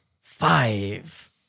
five